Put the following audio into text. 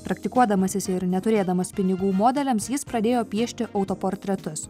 praktikuodamasis ir neturėdamas pinigų modeliams jis pradėjo piešti autoportretus